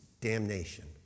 damnation